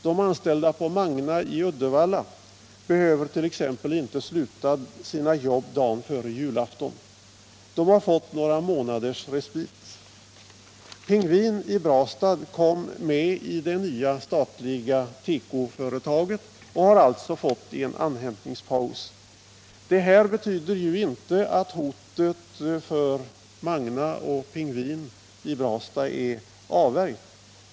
De anställda på Magna i Uddevalla behöver t.ex. inte sluta sina jobb dagen före julafton. De har fått några månaders respit. Pingvin i Brastad kom med i det nya statliga tekoföretaget och har alltså fått en andhämtningspaus. Detta betyder dock inte att hotet för Magna och Pingvin är avvärjt.